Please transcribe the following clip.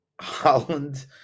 Holland